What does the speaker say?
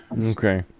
Okay